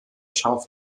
scharf